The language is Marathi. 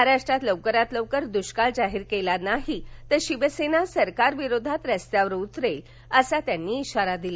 महाराष्ट्रात लवकरात लवकर दुष्काळ जाहीर केला नाही तर शिवसेना सरकारविरोधात रस्त्यावर उतरेल असा इशारा त्यांनी दिला